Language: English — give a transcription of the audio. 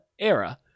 era